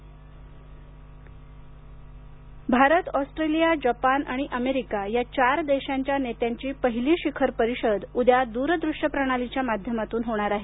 quad देश परिषद Bharat Australia Japan आणि अमेरीका या चार देशांच्या नेत्यांची पहिली शिखर परिषद उद्या दूरदृष्य प्रणालीच्या माध्यमातून होणार आहे